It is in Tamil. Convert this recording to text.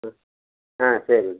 ஆ ஆ சரிங்க